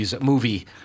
movie